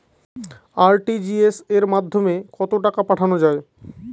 RTGS এর মাধ্যমে কত টাকা পাঠানো যায়?